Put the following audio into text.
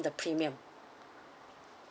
the premium